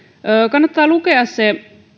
kannattaa lukea se